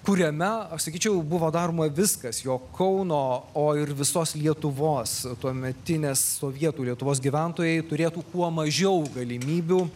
kuriame o sakyčiau buvo daroma viskas jog kauno o ir visos lietuvos tuometinės sovietų lietuvos gyventojai turėtų kuo mažiau galimybių